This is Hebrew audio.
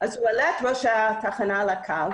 אז הוא העלה את ראש התחנה על הקו